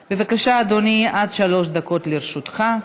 בבקשה, אדוני, עד שלוש דקות לרשותך.